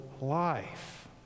life